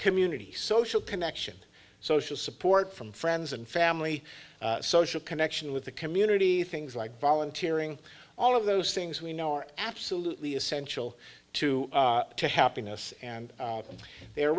community social connection social support from friends and family social connection with the community things like volunteering all of those things we know are absolutely essential to happiness and they're